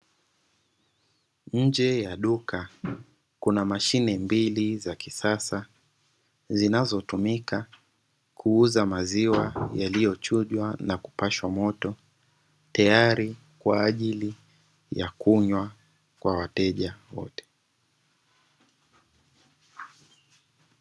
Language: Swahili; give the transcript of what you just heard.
Njee ya duka kuna mashine mbili za kisasa zinazotumika kuuza maziwa yaliyochujwa na kupashwa moto, tayari kwa ajili ya kunywa kwa wateja.